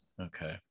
Okay